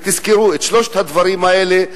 ותזכרו: את שלושת הדברים האלה,